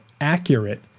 accurate